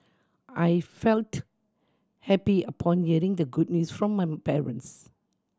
I felt happy upon hearing the good news from my parents